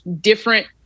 different